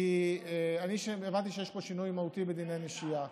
כי אני הבנתי שיש פה שינוי מהותי בדיני נשייה.